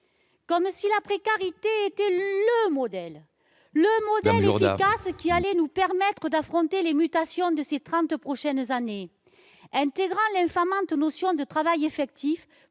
Comme si la précarité était le modèle efficace qui allait nous permettre d'affronter les mutations des trente prochaines années ... Intégrant l'infamante notion de travail effectif,